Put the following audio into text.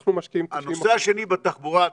אנחנו משקיעים 90%. הנושא השני בתחבורה.